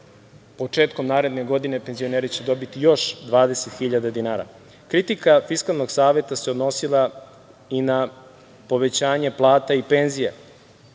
Početkom naredne godine penzioneri će dobiti još 20.000 dinara. Kritika Fiskalnog saveta se odnosila i na povećanje plata i penzija,